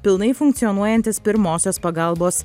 pilnai funkcionuojantis pirmosios pagalbos